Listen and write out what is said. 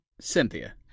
Cynthia